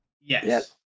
Yes